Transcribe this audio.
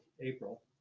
April